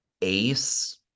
Ace